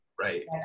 right